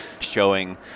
showing